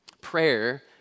Prayer